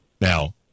Now